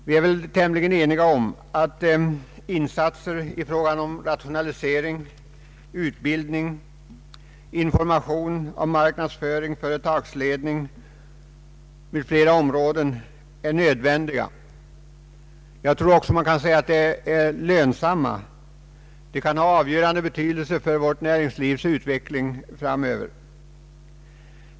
Vi är väl tämligen ense om att insatser i fråga om rationalisering, utbildning och information om marknadsföring och företagsledning m.m. är nödvändiga. Jag tror att man kan säga att sådana insatser också är lönsamma. De kan ha avgörande betydelse för vårt näringslivs utveckling framöver.